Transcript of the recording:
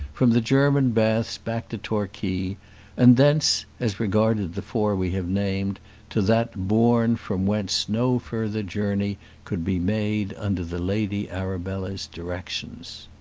from the german baths back to torquay, and thence as regarded the four we have named to that bourne from whence no further journey could be made under the lady arabella's directions.